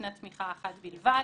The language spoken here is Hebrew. שנת תמיכה אחת בלבד,